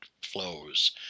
flows